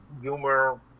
humor